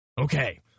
Okay